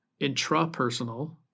intrapersonal